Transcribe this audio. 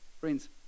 Friends